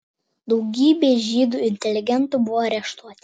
daugybė žydų inteligentų buvo areštuoti